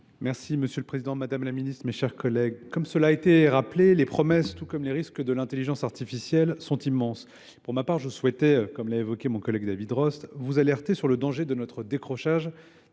Merci Monsieur le Président, Madame la Ministre, mes chers collègues. Comme cela a été rappelé, les promesses, tout comme les risques de l'intelligence artificielle, sont immenses. Pour ma part, je souhaitais, comme l'a évoqué mon collègue David Rost, vous alerter sur le danger de notre décrochage